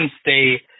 stay